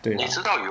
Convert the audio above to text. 对